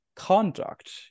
conduct